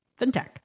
fintech